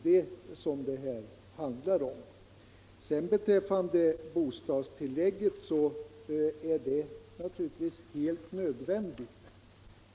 Det är detta diskussionen handlar om. Bostadstillägget är naturligtvis helt nödvändigt.